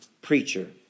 preacher